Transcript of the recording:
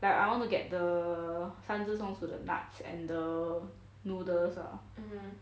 like I want to get the 三只松鼠 the nuts and the noodles ah